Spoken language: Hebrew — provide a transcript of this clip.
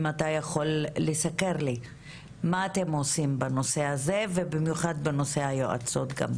אם אתה יכול לסקר מה אתם עושים בנושא הזה ובמיוחד בנושא היועצות.